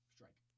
Strike